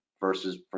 versus